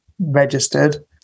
registered